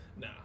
Nah